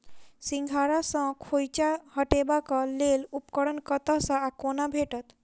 सिंघाड़ा सऽ खोइंचा हटेबाक लेल उपकरण कतह सऽ आ कोना भेटत?